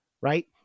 right